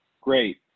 Great